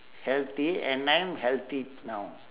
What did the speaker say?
healthy and I'm healthy now